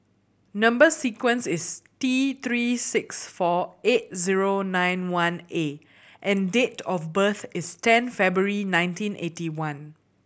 number sequence is T Three six four eight zero nine one A and date of birth is ten February nineteen eighty one